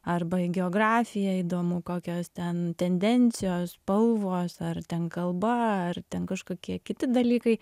arba į geografiją įdomu kokios ten tendencijos spalvos ar ten kalba ar ten kažkokie kiti dalykai